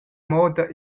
moda